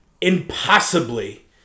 impossibly